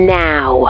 now